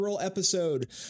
episode